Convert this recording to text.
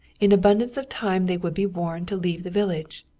in abundance of time they would be warned to leave the village.